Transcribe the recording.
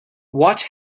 what